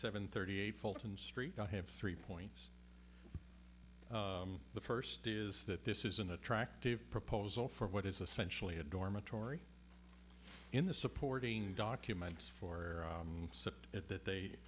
seven thirty eight fulton street i have three points the first is that this is an attractive proposal for what is essential in a dormitory in the supporting documents for it that they